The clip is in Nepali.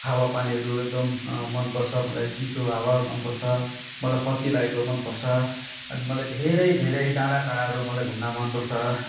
हावा पानीहरू एकदम मनपर्छ मलाई चिसो हावा मनपर्छ मलाई फगी लागेको मनपर्छ अनि मलाई धेरै धेरै डाँडाकाँडाहरू मलाई घुम्न मनपर्छ